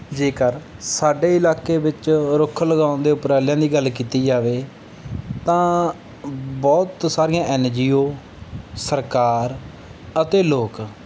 ਜੇਕਰ ਸਾਡੇ ਇਲਾਕੇ ਵਿੱਚ ਰੁੱਖ ਲਗਾਉਣ ਦੇ ਉਪਰਾਲਿਆਂ ਦੀ ਗੱਲ ਕੀਤੀ ਜਾਵੇ ਤਾਂ ਬਹੁਤ ਸਾਰੀਆਂ ਐਨਜੀਓ ਸਰਕਾਰ ਅਤੇ ਲੋਕ